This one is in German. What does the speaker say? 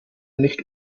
nicht